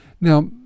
Now